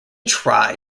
try